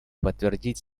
подтвердить